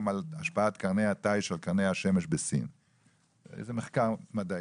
על השפעת קרני השמש בסין זהו מחקר מדעי,